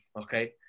okay